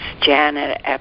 janet